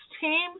team